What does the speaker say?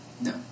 No